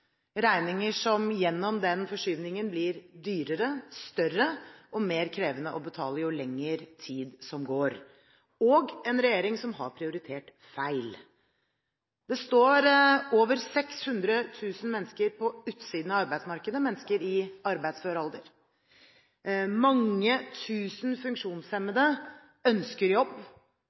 regninger som gjennom den forskyvningen blir dyrere, større og mer krevende å betale jo lengre tid som går – og det er en regjering som har prioritert feil. Det står over 600 000 mennesker i arbeidsfør alder på utsiden av arbeidsmarkedet. Mange tusen funksjonshemmede ønsker jobb.